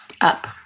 Up